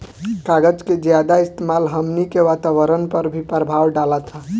कागज के ज्यादा इस्तेमाल हमनी के वातावरण पर भी प्रभाव डालता